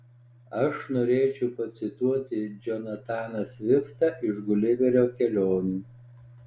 aš norėčiau pacituoti džonataną sviftą iš guliverio kelionių